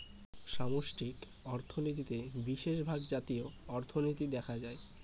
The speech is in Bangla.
সামষ্টিক অর্থনীতিতে বিশেষভাগ জাতীয় অর্থনীতি দেখা হয়